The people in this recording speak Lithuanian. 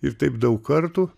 ir taip daug kartų